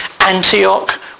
Antioch